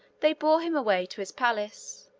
they bore him away to his palace.